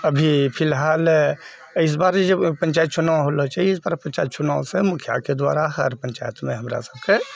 अभी फिलहाल इस बारी जब पञ्चायत चुनाव होलो छै इस बार पञ्चायत चुनावसँ मुखिआके द्वारा हर पञ्चायतमे हमरा सभके